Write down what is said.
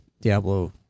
Diablo